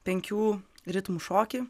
penkių ritmų šokį